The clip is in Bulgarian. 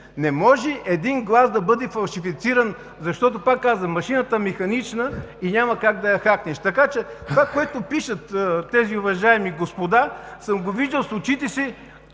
Не може и един глас да бъде фалшифициран, защото, пак казвам, машината е механична и няма как да я хакнеш, така че това, което пишат тези уважаеми господа, съм го виждал с очите си.